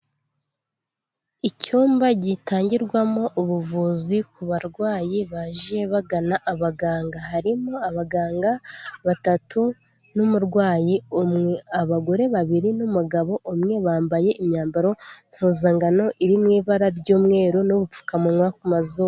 Icyumba gitangirwamo ubuvuzi ku barwayi baje bagana abaganga, harimo abaganga batatu n'umurwayi umwe, abagore babiri n'umugabo umwe bambaye imyambaro mpuzangano iri mu ibara ry'umweru n'ubupfukamunwa ku mazuru.